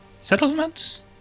settlements